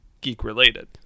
geek-related